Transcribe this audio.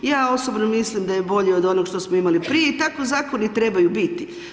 Ja osobno mislim da je bolje od onog što smo imali prije i tako zakoni trebaju biti.